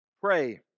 pray